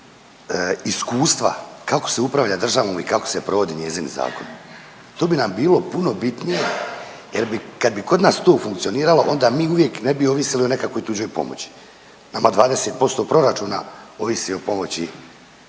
iskustva kako se upravlja državom i kako se provode njezini zakoni. To bi nam bilo puno bitnije jer bi, kad bi kod nas to funkcioniralo onda mi uvijek ne bi ovisili o nekakvoj tuđoj pomoći. Nama 20% proračuna ovisi o pomoći